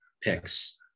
picks